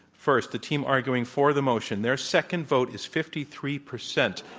first, the team arguing for the motion, their second vote is fifty three percent.